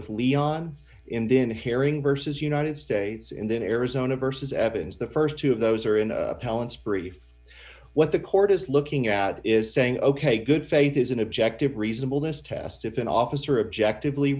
with leon in then haring versus united states and then arizona versus evans the st two of those are in palin's brief what the court is looking at is saying ok good faith is an objective reasonable this test if an officer objective lee